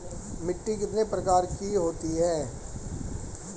मिट्टी कितने प्रकार की होती हैं?